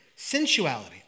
sensuality